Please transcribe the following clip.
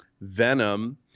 Venom